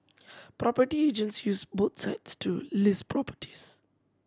property agents use both sites to list properties